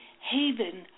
haven